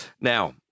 Now